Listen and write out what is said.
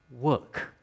work